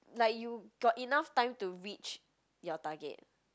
like you got enough time to reach your target